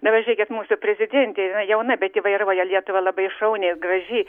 na va žiūrėkit mūsų prezidentė jinai jauna bet ji vairuoja lietuvą labai šauniai ir gražiai